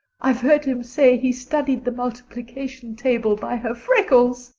i've heard him say he studied the multiplication table by her freckles.